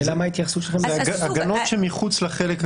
למה ההתייחסות שלכם ---- אלה הגנות שמחוץ לחלק הכללי.